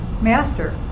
Master